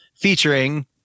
featuring